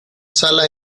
sala